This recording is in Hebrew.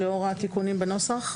לאור התיקונים בנוסח.